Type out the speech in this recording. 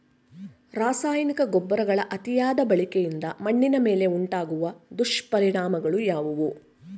ರಾಸಾಯನಿಕ ಗೊಬ್ಬರಗಳ ಅತಿಯಾದ ಬಳಕೆಯಿಂದ ಮಣ್ಣಿನ ಮೇಲೆ ಉಂಟಾಗುವ ದುಷ್ಪರಿಣಾಮಗಳು ಯಾವುವು?